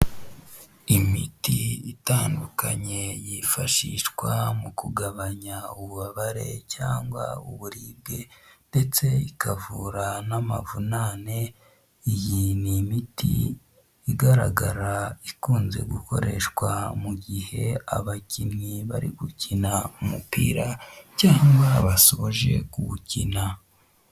Imiti itandukanye yifashishwa mu kugabanya ububabare cyangwa uburibwe ndetse ikavura n'amavunane iyi n'imiti igaragara ikunze gukoreshwa mu gihe abakinnyi bari gukina umupira cyangwa basoje kuwukina.